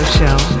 Show